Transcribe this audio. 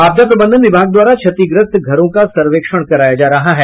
आपदा प्रबंधन विभाग द्वारा क्षतिग्रस्त घरों का सर्वेक्षण कराया जा रहा है